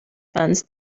funds